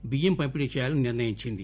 బియ్యం పంపిణీ చేయాలని నిర్ణయించింది